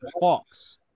Fox